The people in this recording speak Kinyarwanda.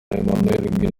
emmanuel